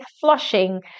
flushing